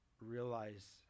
realize